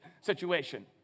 situation